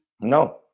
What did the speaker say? No